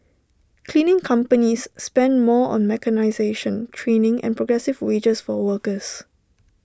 cleaning companies spend more on mechanisation training and progressive wages for workers